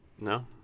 No